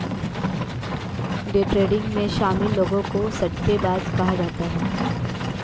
day trading में शामिल लोगों को सट्टेबाज कहा जाता है